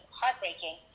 heartbreaking